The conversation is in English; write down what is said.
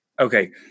Okay